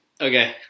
Okay